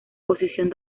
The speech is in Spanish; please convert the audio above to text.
posición